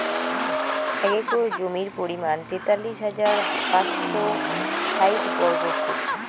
এক একর জমির পরিমাণ তেতাল্লিশ হাজার পাঁচশ ষাইট বর্গফুট